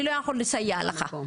אני לא יכול לסייע לך.